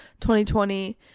2020